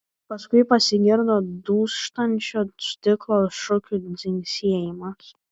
paskui pasigirdo dūžtančio stiklo šukių dzingsėjimas